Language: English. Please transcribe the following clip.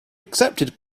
accepted